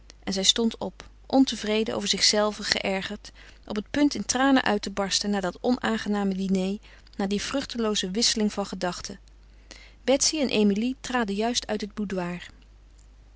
en zij stond op ontevreden over zichzelve geërgerd op het punt in tranen uit te barsten na dat onaangename diner na die vruchtelooze wisseling van gedachten betsy en emilie traden juist uit het